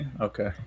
Okay